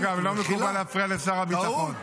אגב, גם לא מקובל להפריע לשר הביטחון.